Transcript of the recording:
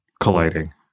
Colliding